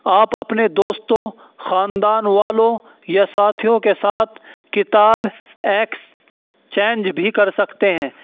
آپ اپنے دوستوں خاندان والوں یا ساتھیوں کے ساتھ کتاب ایکسچینج بھی کر سکتے ہیں